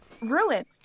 ruined